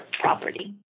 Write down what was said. property